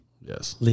Yes